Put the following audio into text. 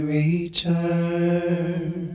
return